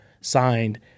signed